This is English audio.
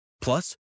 Plus